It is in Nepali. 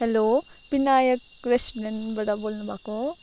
हेलो बिनायक रेस्टुरेन्टबाट बोल्नुभएको हो